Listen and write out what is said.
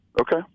Okay